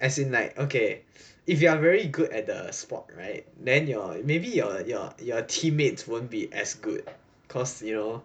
as in like okay if you are very good at the sport right the you're maybe your your your teammates won't be as good cause you know